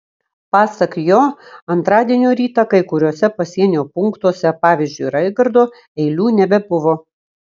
pasak jo antradienio rytą kai kuriuose pasienio punktuose pavyzdžiui raigardo eilių nebebuvo